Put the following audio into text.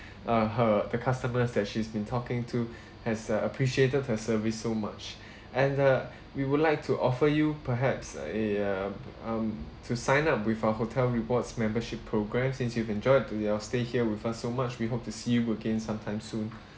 uh her the customer that she's been talking to has uh appreciated her service so much and uh we would like to offer you perhaps uh eh um um to sign up with our hotel rewards membership programme since you've enjoyed your stay here with us so much we hope to see you again sometime soon